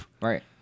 Right